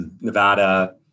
Nevada